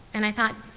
and i thought,